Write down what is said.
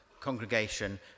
congregation